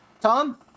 Tom